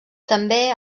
també